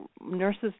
nurses